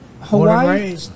hawaii